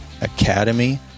Academy